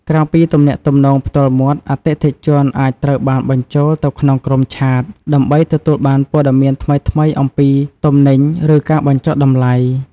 ក្រៅពីទំនាក់ទំនងផ្ទាល់មាត់ អតិថិជនអាចត្រូវបានបញ្ចូលទៅក្នុងក្រុមឆាត ដើម្បីទទួលបានព័ត៌មានថ្មីៗអំពីទំនិញ ឬការបញ្ចុះតម្លៃ។